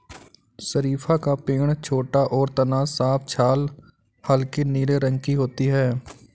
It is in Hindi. शरीफ़ा का पेड़ छोटा और तना साफ छाल हल्के नीले रंग की होती है